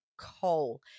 coal